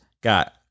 got